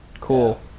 Cool